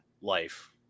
life